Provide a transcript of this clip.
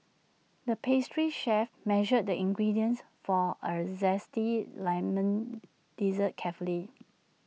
the pastry chef measured the ingredients for A Zesty Lemon Dessert carefully